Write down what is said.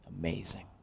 amazing